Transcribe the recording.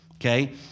okay